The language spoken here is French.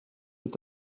est